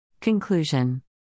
Conclusion